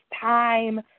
time